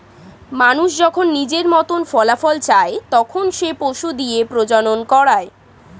মানুষ যখন নিজের মতন ফলাফল চায়, তখন সে পশু দিয়ে প্রজনন করায়